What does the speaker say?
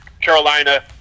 Carolina